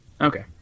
Okay